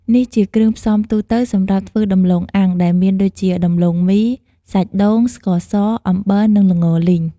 នេះជាគ្រឿងផ្សំទូទៅសម្រាប់ធ្វើដំឡូងអាំងដែលមានដូចជា ដំឡូងមី សាច់ដូង ស្ករស អំបិល និងល្ងលីង។